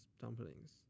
dumplings